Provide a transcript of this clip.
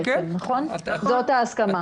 זאת ההסכמה.